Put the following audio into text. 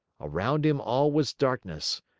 around him all was darkness,